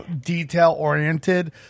detail-oriented